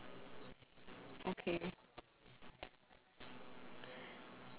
okay